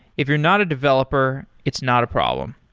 if you're not a developer, it's not a problem.